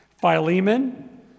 Philemon